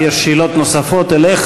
יש שאלות נוספות אליך.